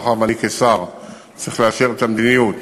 מאחר שאני כשר צריך לאשר את המדיניות,